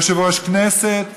יושב-ראש כנסת,